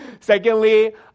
Secondly